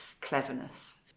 cleverness